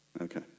Okay